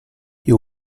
you